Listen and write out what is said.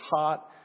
hot